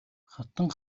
хатан